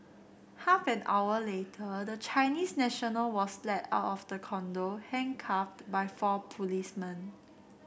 half an hour later the Chinese national was led out of the condo handcuffed by four policemen